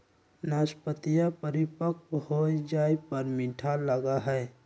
नाशपतीया परिपक्व हो जाये पर मीठा लगा हई